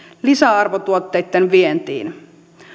lisäarvotuotteitten vientiin